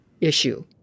issue